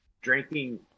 drinking